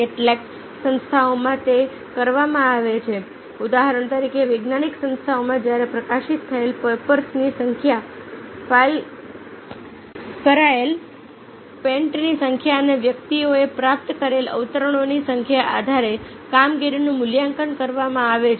કેટલીક સંસ્થાઓમાં તે કરવામાં આવે છે ઉદાહરણ તરીકે વૈજ્ઞાનિક સંસ્થાઓમાં જ્યારે પ્રકાશિત થયેલા પેપર્સની સંખ્યા ફાઇલ કરાયેલ પેટન્ટની સંખ્યા અને વ્યક્તિઓએ પ્રાપ્ત કરેલા અવતરણોની સંખ્યાના આધારે કામગીરીનું મૂલ્યાંકન કરવામાં આવે છે